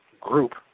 group